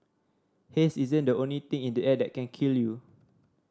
haze isn't the only thing in the air that can kill you